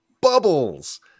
Bubbles